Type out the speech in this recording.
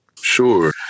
Sure